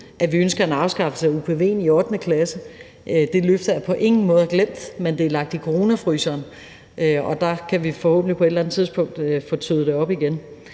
at vi ønsker en afskaffelse af upv'en i 8. klasse. Det løfte er på ingen måde glemt, men det er lagt i coronafryseren, og vi kan forhåbentlig på et eller andet tidspunkt få tøet det op igen.